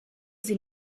sie